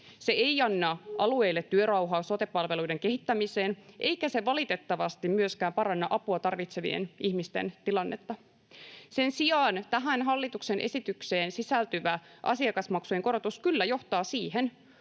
se ei anna alueille työrauhaa sote-palveluiden kehittämiseen, eikä se valitettavasti myöskään paranna apua tarvitsevien ihmisten tilannetta. Sen sijaan tähän hallituksen esitykseen sisältyvä asiakasmaksujen korotus kyllä johtaa siihen,